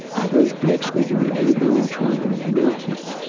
are those blacks going to be able to make it?